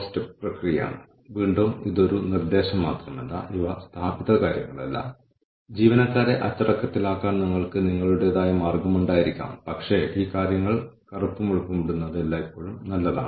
തുടക്കത്തിൽ പേനയും പേപ്പറും ഉപയോഗിച്ച് ആളുകൾക്ക് അവധിക്ക് അപേക്ഷിക്കേണ്ടിവന്നാൽ ലീവ് ലെറ്റർ യഥാർത്ഥത്തിൽ ലീവ് അംഗീകരിച്ച് ഫയൽ ചെയ്ത വ്യക്തിക്ക് എത്താൻ രണ്ടോ മൂന്നോ ദിവസമെടുത്തു